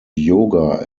yoga